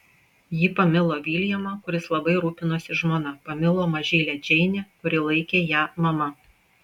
ji pamilo viljamą kuris labai rūpinosi žmona pamilo mažylę džeinę kuri laikė ją mama